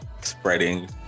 spreading